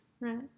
Right